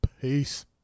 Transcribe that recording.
Peace